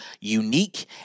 unique